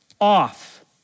off